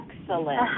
excellent